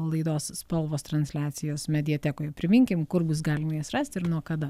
laidos spalvos transliacijos mediatekoje priminkim kur bus galima jas rasti ir nuo kada